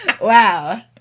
Wow